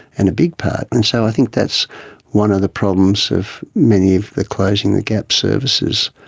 and a big part. and so i think that's one of the problems of many of the closing the gap services,